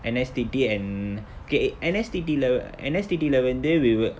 N_S_T_T and okay N_S_T_T lah err N_S_T_T lah வந்து:vanthu we will